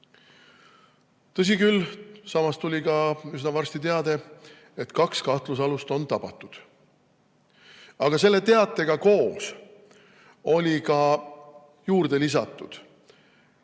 Tõsi küll, samas tuli ka üsna varsti teade, et kaks kahtlusalust on tabatud. Aga sellele teatele oli ka juurde lisatud,